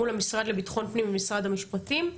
מול המשרד לביטחון פנים ומשרד המשפטים,